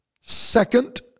Second